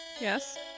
Yes